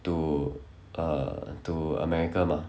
to err to america mah